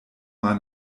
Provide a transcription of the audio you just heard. mal